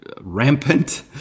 rampant